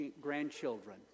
grandchildren